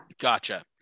Gotcha